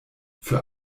für